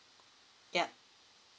yup